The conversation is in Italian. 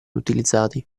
utilizzati